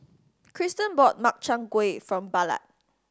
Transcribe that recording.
Kristen bought Makchang Gui for Ballard